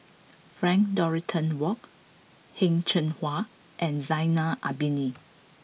Frank Dorrington Ward Heng Cheng Hwa and Zainal Abidin